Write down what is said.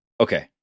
Okay